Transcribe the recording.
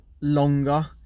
longer